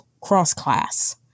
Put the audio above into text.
cross-class